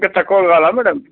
పెట్టావగాలా madam